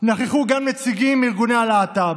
נכחו גם נציגים של ארגוני הלהט"ב,